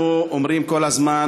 אנחנו אומרים כל הזמן,